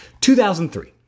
2003